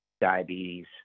diabetes